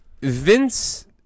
Vince